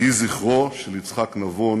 יהי זכרו של יצחק נבון